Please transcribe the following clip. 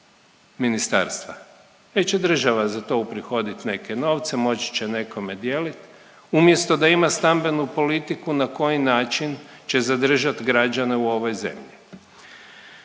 ministarstva, već će država za to uprihoditi neke novce, moći će nekome dijeliti, umjesto da ima stambenu politiku na koji način će zadržati građane u ovoj zemlji,